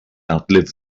outlive